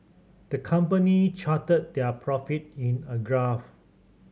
the company charted their profit in a graph